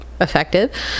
effective